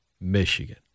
Michigan